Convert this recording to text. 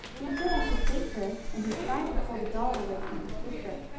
you said i could take her, and he tried to pull the doll away from his sister.